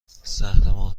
زهرمار